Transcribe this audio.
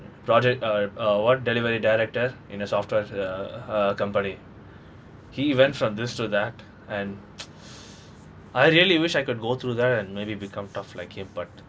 project uh uh one temporary director in a software uh company he went from this to that and I really wish I could go through that and maybe become tough like him but